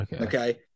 Okay